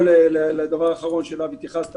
לגבי הנושא האחרון אליו התייחסת,